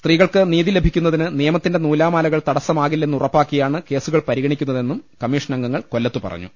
സ്ത്രീകൾക്ക് നീതി ലഭിക്കുന്നതിന് നിയമത്തിന്റെ നൂലാമാലകൾ തടസ്സമാകില്ലെന്നുറപ്പാക്കിയാണ് കേസുകൾ പരിഗ ണിക്കുന്നതെന്നും കമ്മീഷൻ അംഗങ്ങൾ കൊല്പത്ത് പറഞ്ഞു